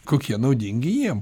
kokie naudingi jiem